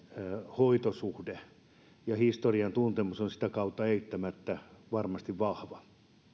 hoitosuhde ja historian tuntemus on sitä kautta eittämättä varmasti vahva